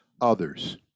others